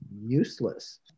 useless